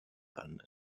and